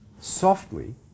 softly